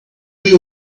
you